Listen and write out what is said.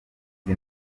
izi